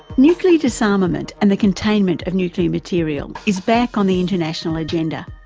nuclear disarmament and the containment of nuclear material is back on the international agenda.